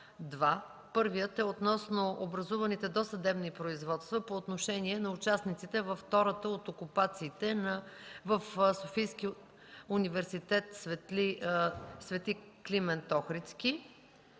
Първият е относно образуваните досъдебни производства по отношение на участниците във втората от окупациите в Софийския университет „Св. Климент Охридски”.